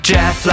Jeff